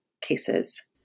cases